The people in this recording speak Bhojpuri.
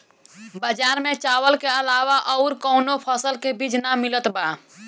बजार में चावल के अलावा अउर कौनो फसल के बीज ना मिलत बा